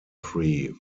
free